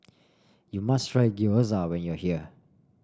you must try Gyoza when you are here